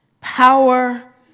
power